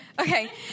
Okay